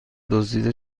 دزدیده